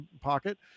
pocket